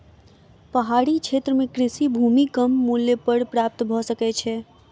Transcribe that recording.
पहाड़ी क्षेत्र में कृषि भूमि कम मूल्य पर प्राप्त भ सकै छै